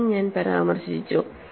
അതും ഞാൻ പരാമർശിച്ചു